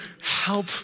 help